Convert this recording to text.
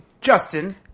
Justin